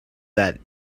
that